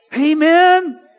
amen